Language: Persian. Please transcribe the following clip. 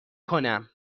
کنم